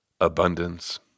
Abundance